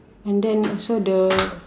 and then also the